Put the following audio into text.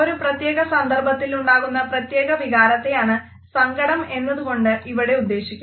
ഒരു പ്രത്യേക സന്ദർഭത്തിലുണ്ടാകുന്ന പ്രത്യേക വികാരത്തെയാണ് സങ്കടം എന്നതുകൊണ്ട് ഇവിടെ ഉദ്ദേശിക്കുന്നത്